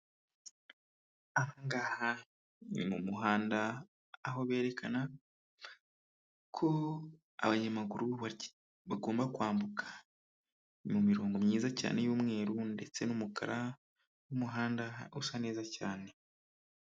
Ahangaha ni mu muhanda aho berekana ko abanyamaguru bake bagomba kwambuka mu mirongo myiza cyane y'umweru ndetse n'umukara n'umuhanda usa neza cyane.